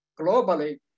Globally